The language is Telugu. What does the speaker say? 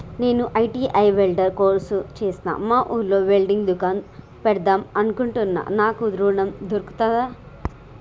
నేను ఐ.టి.ఐ వెల్డర్ కోర్సు చేశ్న మా ఊర్లో వెల్డింగ్ దుకాన్ పెడదాం అనుకుంటున్నా నాకు ఋణం దొర్కుతదా?